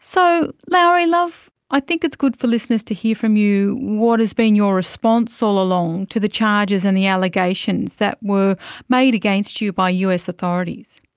so, lauri love, i think it's good for listeners to hear from you what has been your response all along to the charges and the allegations that were made against you by us authorities.